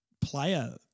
player